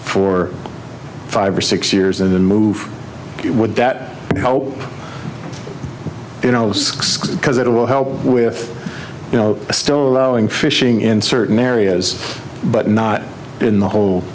for five or six years and then move would that help you know because it will help with you know still allowing fishing in certain areas but not in the whole